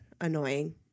annoying